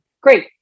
Great